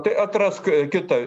tai atrask kitą